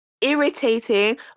irritating